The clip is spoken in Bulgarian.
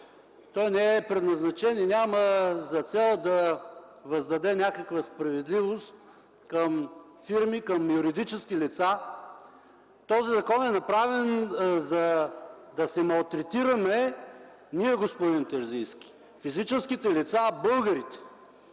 той не е предназначен и няма за цел да въздаде някаква справедливост към фирми, към юридически лица. Този закон е направен да се малтретираме ние, господин Терзийски – физическите лица, българите,